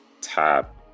tap